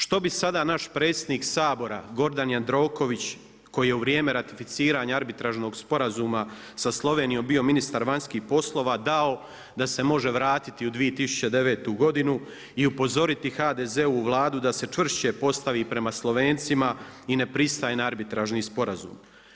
Što bi sada naš predsjednik Sabora Gordan Jandroković koji je u vrijeme ratificiranja arbitražnog sporazuma sa Slovenijom bio ministar vanjskih poslova dao da se može vratiti u 2009. godinu i upozoriti HDZ-ovu Vladu da se čvršće postavi prema Slovencima i ne pristaje na arbitražni sporazum.